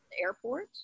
airport